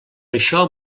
això